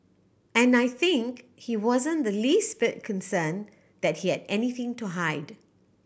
and I think he wasn't the least bit concerned that he had anything to hide